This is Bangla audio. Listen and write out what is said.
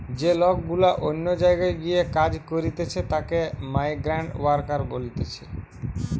যে লোক গুলা অন্য জায়গায় গিয়ে কাজ করতিছে তাকে মাইগ্রান্ট ওয়ার্কার বলতিছে